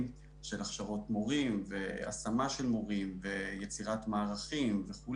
נגיד לצורך העניין מערכת הביטחון.